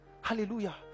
Hallelujah